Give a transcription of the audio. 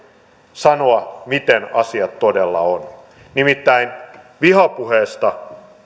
sanoa miten asiat todella ovat nimittäin vihapuheesta